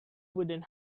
wooden